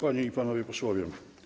Panie i Panowie Posłowie!